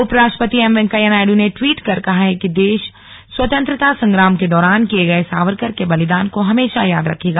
उपराष्ट्रपति एम वेंकैया नायडु ने ट्वीट कर कहा है कि देश स्वतंत्रता संग्राम के दौरान किये गये सावरकर के बलिदान को हमेशा याद रखेगा